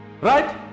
right